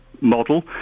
model